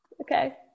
Okay